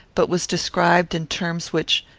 but was described in terms which,